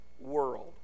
world